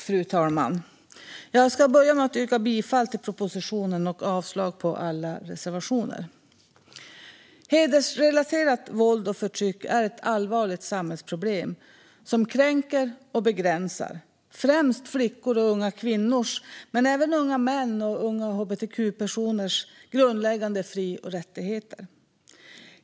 Fru talman! Jag börjar med att yrka bifall till propositionen och avslag på alla reservationer. Hedersrelaterat våld och förtryck är ett allvarligt samhällsproblem som kränker och begränsar främst flickors och unga kvinnors, men även unga mäns och unga hbtq-personers, grundläggande fri och rättigheter.